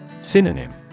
Synonym